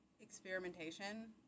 experimentation